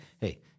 Hey